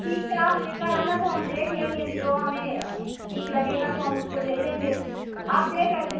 ठीक है आप लेकर आना तो हम देख लेंगे जो हमें ठीक लगेगा तो हम उसको ले लेंगे आप दे कैसे